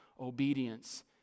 obedience